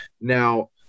Now